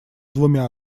двумя